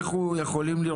אנחנו יכולים,